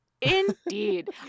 Indeed